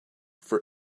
for